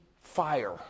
fire